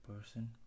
person